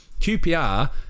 QPR